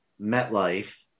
MetLife